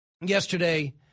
yesterday